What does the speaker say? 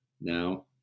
now